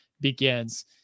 begins